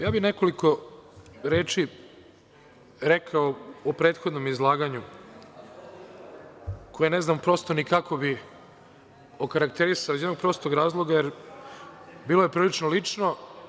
Ja bih nekoliko reči rekao o prethodnom izlaganju, koje ne znam prosto ni kako bih okarakterisao iz prostog razloga jer je bilo prilično lično.